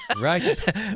Right